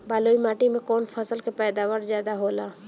बालुई माटी में कौन फसल के पैदावार ज्यादा होला?